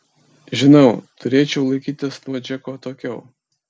žinau turėčiau laikytis nuo džeko atokiau